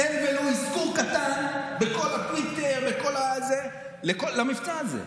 אין ולו אזכור קטן בכל הטוויטר למבצע הזה.